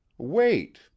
wait